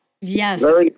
Yes